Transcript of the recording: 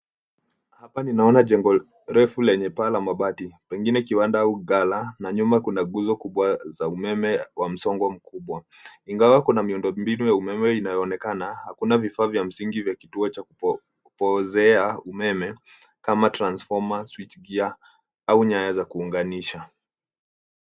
Hapa ninaona jengo refu lenye paa la mabati pengine kiwanda au ghala na nyuma kuna nguzo kubwa za umeme wa msongo mkubwa, ingawa kuna miundo mbinu ya umeme inayoonekana hakuna vifaa vya msingi ya kituo cha kupozea umeme kama transfoma, Switch Gear au nyaya za kuunganisha.